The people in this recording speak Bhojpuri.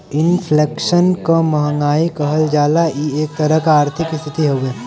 इन्फ्लेशन क महंगाई कहल जाला इ एक तरह क आर्थिक स्थिति हउवे